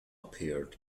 appeared